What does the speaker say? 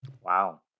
Wow